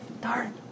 Darn